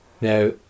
Now